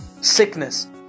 Sickness